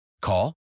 Call